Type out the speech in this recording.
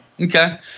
Okay